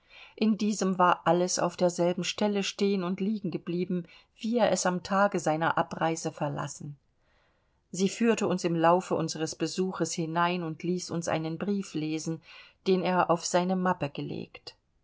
in diesem war alles auf derselben stelle stehen und liegen geblieben wie er es am tage seiner abreise verlassen sie führte uns im laufe unseres besuches hinein und ließ uns einen brief lesen den er auf seine mappe gelegt